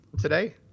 today